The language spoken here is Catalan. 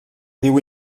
diu